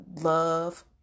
love